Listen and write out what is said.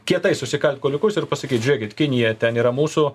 kietai susikalt kuoliukus ir pasakyt žiūrėkit kinija ten yra mūsų